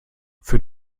für